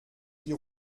die